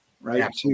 right